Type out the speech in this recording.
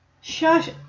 shush